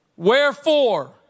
Wherefore